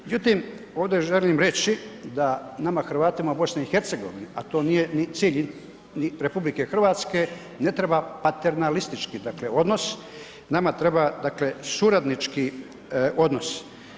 Međutim ovdje želim reći da nama Hrvatima u BiH-u a to nije ni cilj ni RH, ne treba paternalistički odnos, nama treba suradnički odnos.